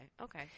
Okay